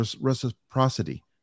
reciprocity